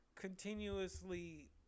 continuously